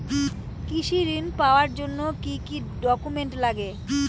কৃষি ঋণ পাবার জন্যে কি কি ডকুমেন্ট নাগে?